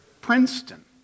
Princeton